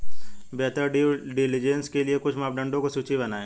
बेहतर due diligence के लिए कुछ मापदंडों की सूची बनाएं?